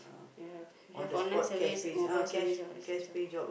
ya we have online surveys mobile surveys and all these things ah